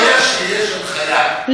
לא.